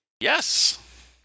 Yes